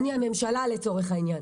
אני הממשלה לצורך העניין.